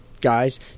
guys